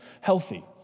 healthy